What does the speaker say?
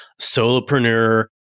solopreneur